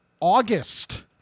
august